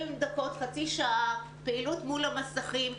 דקות או חצי שעה של פעילות מול המסכים.